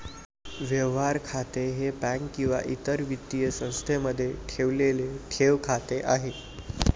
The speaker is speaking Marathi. व्यवहार खाते हे बँक किंवा इतर वित्तीय संस्थेमध्ये ठेवलेले ठेव खाते आहे